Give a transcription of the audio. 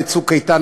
ב"צוק איתן",